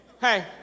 hey